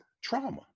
trauma